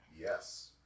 Yes